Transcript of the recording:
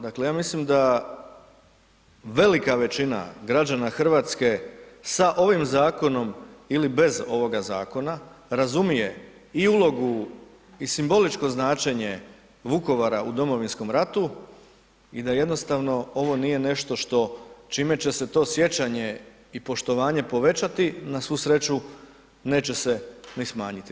Dakle ja mislim da velika većina građana Hrvatske sa ovim zakonom ili bez ovoga zakona razumije i ulogu i simbolično značenje Vukovara u Domovinskom ratu i da jednostavno ovo nije nešto čime će se to sjećanje i poštovanje povećati, na svu sreću neće se ni smanjiti.